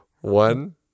One